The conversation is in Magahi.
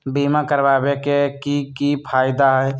बीमा करबाबे के कि कि फायदा हई?